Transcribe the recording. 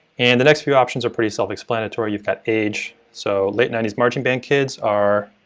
and the next few options are pretty self-explanatory. you've got age, so late ninety s marching band kids are,